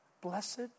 Blessed